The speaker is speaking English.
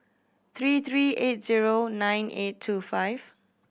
three three eight zero nine eight two five